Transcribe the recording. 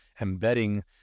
embedding